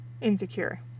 insecure